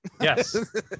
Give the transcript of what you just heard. Yes